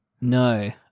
No